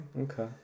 Okay